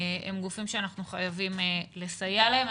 הם גופים שאנחנו חייבים לסייע להם.